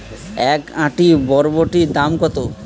এক আঁটি বরবটির দাম কত?